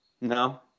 No